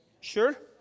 Sure